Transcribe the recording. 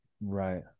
Right